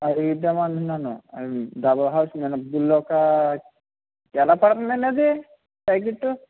అడిగి ఇద్దామనుకున్నాను అవి డబల్ హార్స్ మినపగుళ్ళు ఒకా ఎలా పడుతుందండి అది ప్యాకెట్